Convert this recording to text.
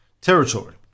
territory